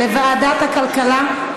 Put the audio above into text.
לוועדת הכלכלה?